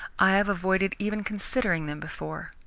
i have avoided even considering them before.